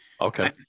Okay